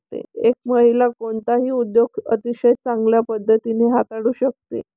एक महिला कोणताही उद्योग अतिशय चांगल्या पद्धतीने हाताळू शकते